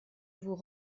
vous